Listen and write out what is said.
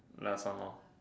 last one lor